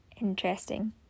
interesting